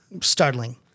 startling